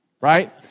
Right